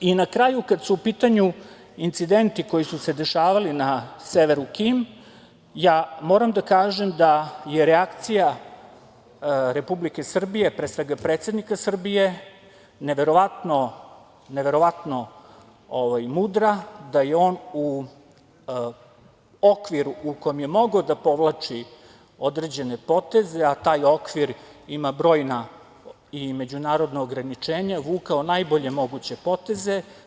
Na kraju, kada su u pitanju incidenti koji su se dešavali na severu KiM, moram da kažem je reakcija Republike Srbije, pre svega predsednika Srbije, neverovatno mudra, da je on u okviru u kom je mogao da povlači određene poteze, a taj okvir ima brojna i međunarodna ograničenja, vukao najbolje moguće poteze.